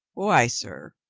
why, sir,